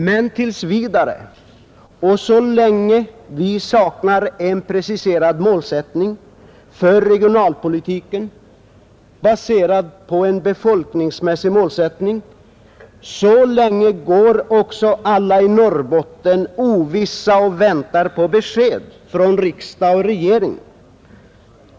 Men tills vidare och så länge vi saknar en preciserad målsättning för regionalpolitiken, baserad på en befolkningsmässig målsättning, så länge går också alla i Norrbotten ovissa och väntar på besked från riksdag och regering.